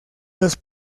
los